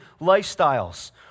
lifestyles